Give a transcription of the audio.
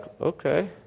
okay